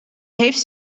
heeft